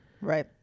Right